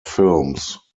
films